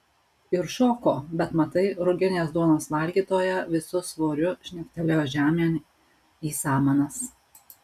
ir šoko bet matai ruginės duonos valgytoja visu svoriu žnegtelėjo žemėn į samanas